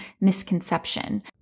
misconception